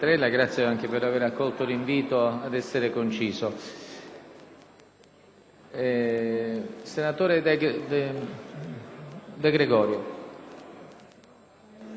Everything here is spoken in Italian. senatore De Gregorio